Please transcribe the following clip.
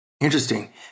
Interesting